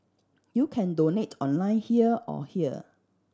you can donate online here or here